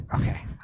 Okay